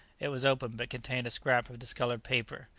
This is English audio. it was open, but contained a scrap of discoloured paper.